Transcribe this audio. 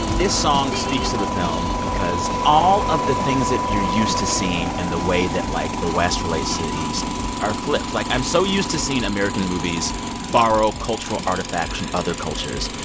this song speaks to the film because all of the things that you're used to seeing and the way that, like, the west relates to the east are flipped. like, i'm so used to seeing american movies borrow cultural artifacts from other cultures.